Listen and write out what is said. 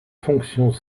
fonctions